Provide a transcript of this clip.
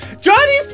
Johnny